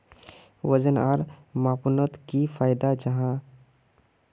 वजन आर मापनोत की फायदा जाहा?